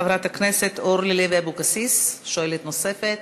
חברת הכנסת אורלי לוי אבקסיס, שואלת נוספת,